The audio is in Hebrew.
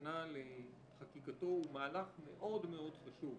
שנה לחקיקתו הוא מהלך מאוד מאוד חשוב.